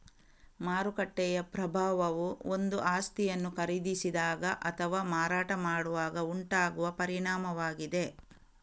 ಮಾರುಕಟ್ಟೆಯ ಪ್ರಭಾವವು ಒಂದು ಆಸ್ತಿಯನ್ನು ಖರೀದಿಸಿದಾಗ ಅಥವಾ ಮಾರಾಟ ಮಾಡುವಾಗ ಉಂಟಾಗುವ ಪರಿಣಾಮವಾಗಿದೆ